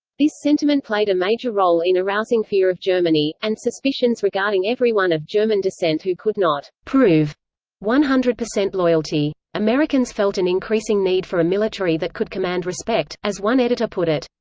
this sentiment played a major role in arousing fear of germany, and suspicions regarding everyone of german descent who could not prove one hundred percent loyalty. americans felt an increasing need for a military that could command respect as one editor put it,